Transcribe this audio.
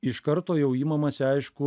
iš karto jau imamasi aišku